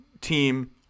team